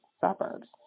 suburbs